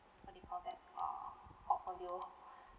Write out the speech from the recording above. what do you call that uh portfolio